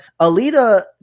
Alita